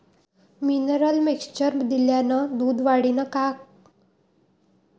Mineral mixture दिल्यानं दूध वाढीनं का?